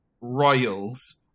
royals